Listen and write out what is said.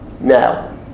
now